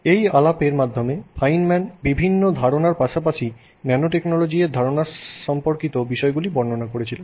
এবং এই আলাপের মাধ্যমে ফাইনম্যান বিভিন্ন ধারণার পাশাপাশি ন্যানোটেকনোলজি এর ধারণার সাথে সম্পর্কিত বিষয়গুলি বর্ণনা করেছেন